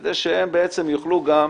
כדי שהם יוכלו גם,